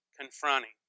confronting